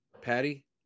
Patty